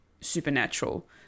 Supernatural